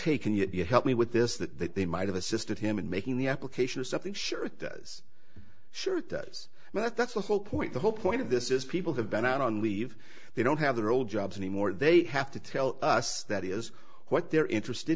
hey can you help me with this that they might have assisted him in making the application or something sure does sure it does and that's the whole point the whole point of this is people have been out on leave they don't have their old jobs anymore they have to tell us that is what they're interested